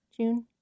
June